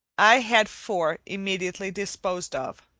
i had four immediately disposed of,